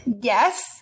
yes